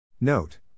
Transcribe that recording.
Note